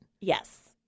Yes